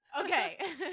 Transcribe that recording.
Okay